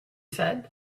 said